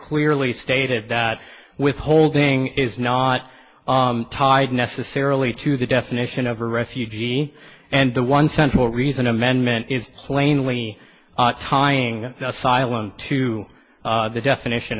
clearly stated that withholding is not tied necessarily to the definition of a refugee and the one central reason amendment is plainly tying asylum to the definition